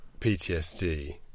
PTSD